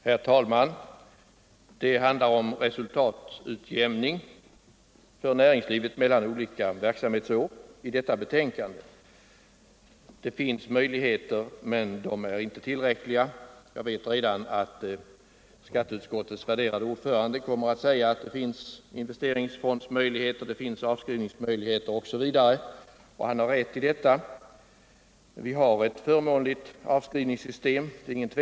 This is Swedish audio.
Herr talman! Detta betänkande handlar om resultatutjämning för näringslivet mellan olika verksamhetsår. Möjligheter till resultatutjämning finns, men de är inte tillräckliga. Jag vet redan att skatteutskottets värderade ordförande kommer att säga att det finns investeringsfondsmöjligheter, av skrivningsmöjligheter osv. Han har rätt i detta. Det råder ingen tvekan om att vårt avskrivningssystem är förmånligt.